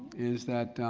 is that